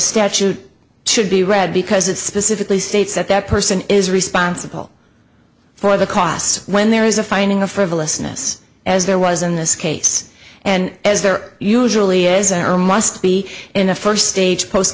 statute to be read because it specifically states that that person is responsible for the costs when there is a finding of frivolousness as there was in this case and as there usually isn't or must be in the first stage post